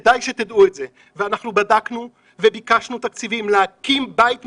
אנחנו בדקנו וביקשנו תקציבים להקים בית משלנו.